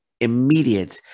immediate